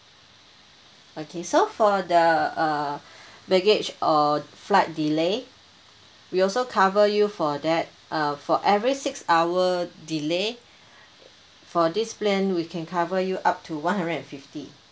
okay so for the uh baggage or flight delay we also cover you for that uh for every six hour delay for this plan we can cover you up to one hundred and fifty